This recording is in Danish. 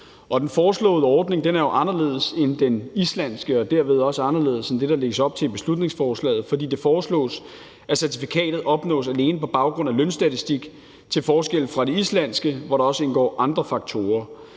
Den foreslåede ordning er jo anderledes end den islandske og derved også anderledes end det, der lægges op til i beslutningsforslaget, fordi det foreslås, at certifikatet opnås alene på baggrund af lønstatistik til forskel fra det islandske, hvor der også indgår andre faktorer.